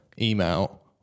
email